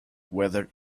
weather